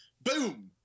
boom